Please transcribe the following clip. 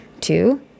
Two